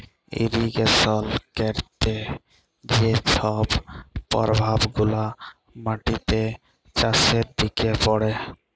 irrigation ক্যইরতে যে ছব পরভাব গুলা মাটিতে, চাষের দিকে পড়ে